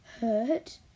hurt